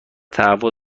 تهوع